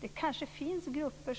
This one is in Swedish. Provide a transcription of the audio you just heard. Det kan finnas grupper